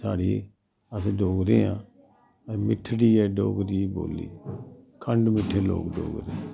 साढ़ी अस डोगरे आं मिट्ठड़ी ऐ डोगरी बोल्ली खण्ड मिट्ठे लोक डोगरे